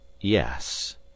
yes